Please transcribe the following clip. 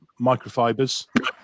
microfibers